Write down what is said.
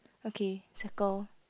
okay